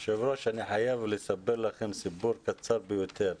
היושב-ראש, אני חייב לספר לכם סיפור קצר ביותר.